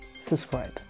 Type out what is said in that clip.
Subscribe